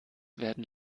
werden